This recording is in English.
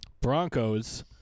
Broncos